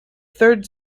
third